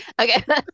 okay